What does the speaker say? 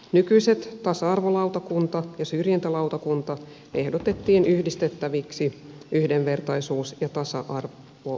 nykyiset tasa arvolautakunta ja syrjintälautakunta ehdotettiin yhdistettäviksi yhdenvertaisuus ja tasa arvolautakunnaksi